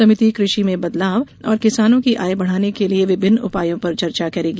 समिति कृषि में बदलाव और किसानों की आय बढ़ाने के लिए विभिन्न उपायों पर चर्चा करेगी